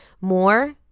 more